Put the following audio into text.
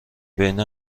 بین